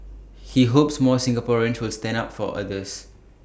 he hopes more Singaporeans will stand up for others